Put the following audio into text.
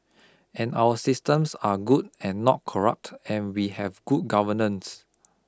and our systems are good and not corrupt and we have good governance